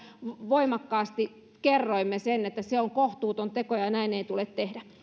voimakkaasti kerroimme sen että se on kohtuuton teko ja ja näin ei tule tehdä